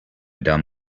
done